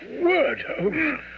word